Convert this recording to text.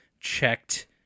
checked